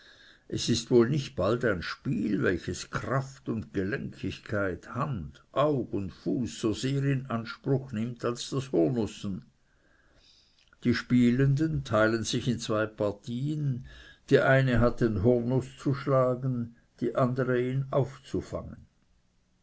es ist wohl nicht bald ein spiel welches kraft und gelenkigkeit hand aug und fuß so sehr in anspruch nimmt als das hurnußen die spielenden teilen sich in zwei partien die eine hat den hurnuß zu schlagen die andere ihn aufzufangen